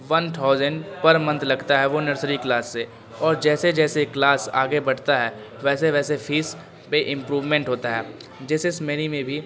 one thousand per month لگتا ہے وہ نرسری کلاس سے اور جیسے جیسے کلاس آگے بڑھتا ہے ویسے ویسے فیس پہ امپروومنٹ ہوتا ہے جیسس میری میں بھی